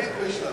תמיד בשלב זה.